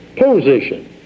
position